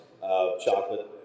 chocolate